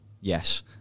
Yes